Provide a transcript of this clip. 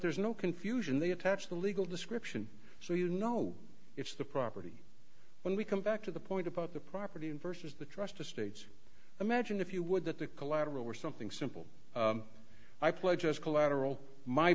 there's no confusion they attach the legal description so you know it's the property when we come back to the point about the property and versus the trust estates imagine if you would that the collateral was something simple i pledge as collateral my